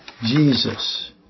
Jesus